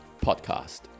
podcast